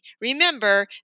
Remember